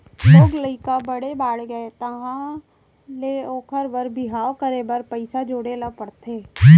लोग लइका बड़े बाड़गे तहाँ ले ओखर बर बिहाव करे बर पइसा जोड़े ल परथे